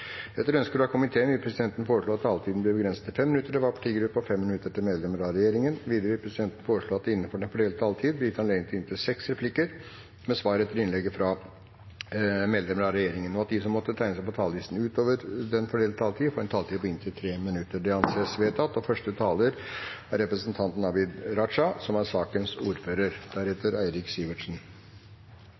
Etter ønske fra næringskomiteen vil presidenten foreslå at taletiden blir begrenset til 5 minutter til hver partigruppe og 5 minutter til medlemmer av regjeringen. Videre vil presidenten foreslå at det – innenfor den fordelte taletid – blir gitt anledning til inntil seks replikker med svar etter innlegg fra medlemmer av regjeringen, og at de som måtte tegne seg på talerlisten utover den fordelte taletid, får en taletid på inntil 3 minutter. – Det anses vedtatt. Det er ein samla komité som